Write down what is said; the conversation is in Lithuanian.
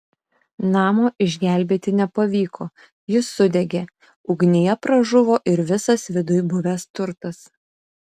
namo išgelbėti nepavyko jis sudegė ugnyje pražuvo ir visas viduj buvęs turtas